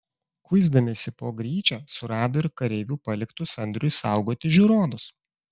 kuisdamiesi po gryčią surado ir kareivių paliktus andriui saugoti žiūronus